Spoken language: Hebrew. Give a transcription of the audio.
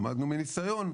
למדנו מניסיון,